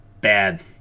bad